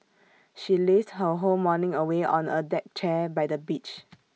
she lazed her whole morning away on A deck chair by the beach